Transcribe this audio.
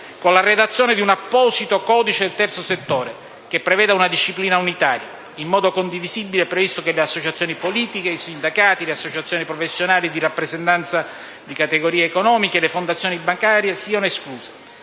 con la redazione di un apposito codice del terzo settore che preveda una disciplina unitaria; in modo condivisibile è previsto che le associazioni politiche, i sindacati, le associazioni professionali e di rappresentanza di categorie economiche e le fondazioni bancarie siano escluse.